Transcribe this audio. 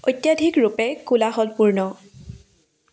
অত্যাধিকৰূপে কোলাহলপূৰ্ণ